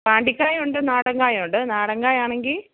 പാണ്ടിക്കായുണ്ട് നാടൻ കായുണ്ട് നാടൻ കായയാണെങ്കിൽ